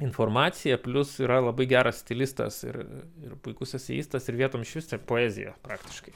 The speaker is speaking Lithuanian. informaciją plius yra labai geras stilistas ir ir puikus eseistas ir vietom išvis poezija praktiškai